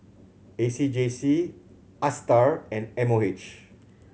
A C J C Astar and M O H